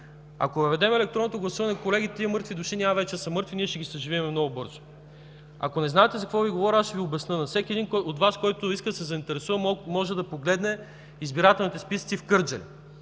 Ако въведем електронното гласуване, колеги, тези мъртви души няма да са вече мъртви, ще ги съживим много бързо. Ако не знаете за какво Ви говоря, ще Ви обясня. Всеки един от Вас, който иска да се заинтересува, може да погледне избирателните списъци в Кърджали.